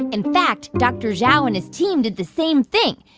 in fact, dr. zhao and his team did the same thing.